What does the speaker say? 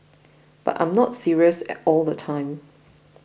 but I am not serious at all the time